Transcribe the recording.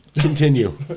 continue